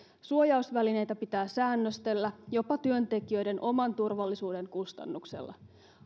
suojausvälineitä pitää säännöstellä jopa työntekijöiden oman turvallisuuden kustannuksella